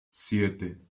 siete